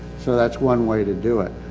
so that's one way to do it.